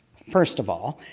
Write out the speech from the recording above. first of all,